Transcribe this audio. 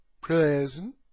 present